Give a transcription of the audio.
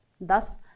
Thus